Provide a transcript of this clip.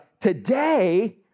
today